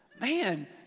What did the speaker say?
Man